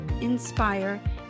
inspire